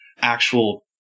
actual